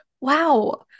Wow